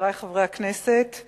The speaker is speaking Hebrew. חברי חברי הכנסת,